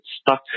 stuck